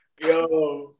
Yo